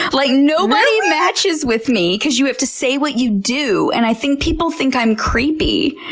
like nobody matches with me! because you have to say what you do, and i think people think i'm creepy.